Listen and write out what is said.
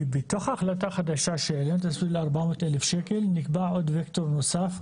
בתוך החלטה חדשה ש- -- 400 אלף שקל נקבע עוד וקטור נוסף,